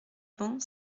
vent